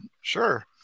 sure